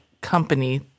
company